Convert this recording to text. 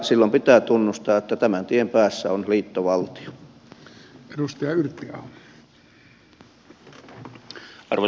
silloin pitää tunnustaa että tämän tien päässä on liittovaltio